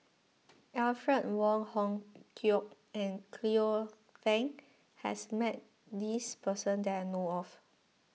Alfred Wong Hong Kwok and Cleo Thang has met this person that I know of